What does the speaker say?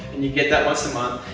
and you get that once a month.